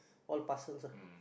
all parcels